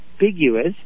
ambiguous